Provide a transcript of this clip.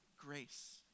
grace